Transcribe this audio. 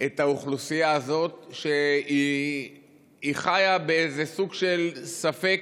את האוכלוסייה הזאת, שחיה באיזה סוג של ספק,